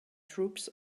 troops